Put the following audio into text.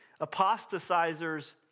apostatizers